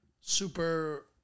super